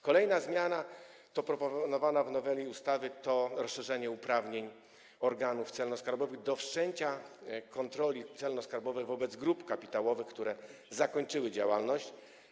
Kolejna zmiana proponowana w noweli ustawy to rozszerzenie uprawnień organów celno-skarbowych do wszczęcia kontroli celno-skarbowej wobec grup kapitałowych, które zakończyły działalność.